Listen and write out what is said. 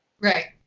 Right